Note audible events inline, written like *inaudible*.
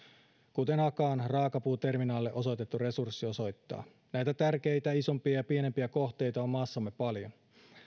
kuten akaan raakapuuterminaalille osoitettu resurssi osoittaa näitä tärkeitä isompia ja pienempiä kohteita on maassamme paljon *unintelligible*